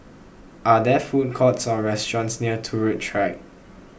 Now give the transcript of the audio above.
are there food courts or restaurants near Turut Track